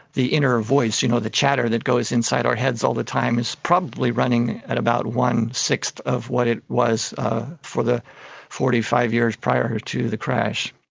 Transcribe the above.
the inner voice, you know the chatter that goes inside our heads all the time is probably running at about one-sixth of what it was for the forty five years prior to the crash.